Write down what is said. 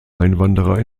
einwanderer